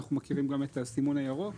אנחנו מכירים גם את הסימון האדום.